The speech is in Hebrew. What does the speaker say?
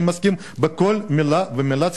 אני מסכים לכל מלה ומלה.